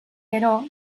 gero